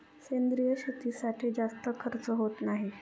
सेंद्रिय शेतीसाठी जास्त खर्च होत नाही